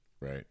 Right